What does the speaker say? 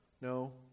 no